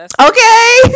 Okay